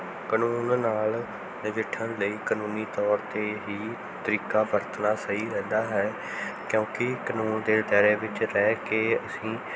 ਕਾਨੂੰਨ ਨਾਲ ਨਜਿੱਠਣ ਲਈ ਕਾਨੂੰਨੀ ਤੌਰ 'ਤੇ ਹੀ ਤਰੀਕਾ ਵਰਤਣਾ ਸਹੀ ਰਹਿੰਦਾ ਹੈ ਕਿਉਂਕਿ ਕਾਨੂੰਨ ਦੇ ਦਾਇਰੇ ਵਿਚ ਰਹਿ ਕੇ ਅਸੀਂ